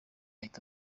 ahita